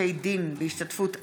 ובבתי דין בהשתתפות עצורים,